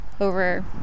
over